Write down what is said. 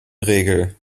regel